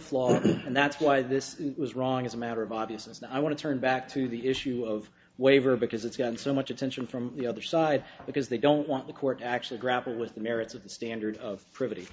flaw and that's why this was wrong as a matter of obviousness and i want to turn back to the issue of waiver because it's gotten so much attention from the other side because they don't want the court actually grapple with the merits of the standard of privity